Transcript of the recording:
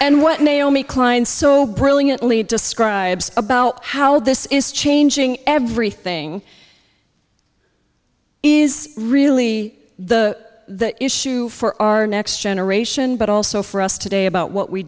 and what naomi klein so brilliantly describes about how this is changing everything is really the issue for our next generation but also for us today about what we